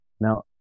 Now